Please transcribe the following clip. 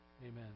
Amen